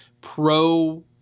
pro